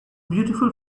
beautiful